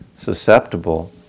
susceptible